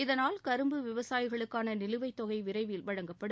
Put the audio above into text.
இதனால் கரும்பு விவசாயிகளுக்கான நிலுவைத் தொகை விரைவில் வழங்கப்படும்